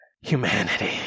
Humanity